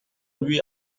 lui